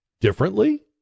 differently